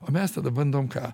o mes tada bandom ką